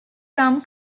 from